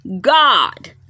God